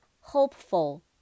Hopeful